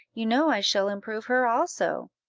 you know i shall improve her also!